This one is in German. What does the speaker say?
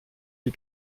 wie